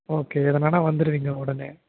okay எதும்ன்னா வந்துடுவீங்க உடனே